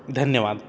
धन्यवाद